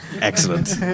Excellent